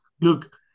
look